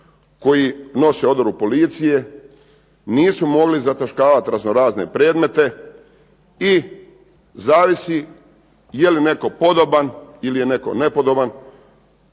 koji nose odoru policije nisu mogli zataškavati razno razne predmete. I zavisi jeli netko podoban ili je netko nepodoban,